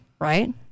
right